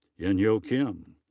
eunhyo kim.